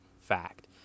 fact